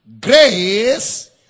grace